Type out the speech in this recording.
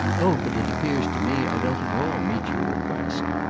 oh but it appears to me i don't at all meet your request.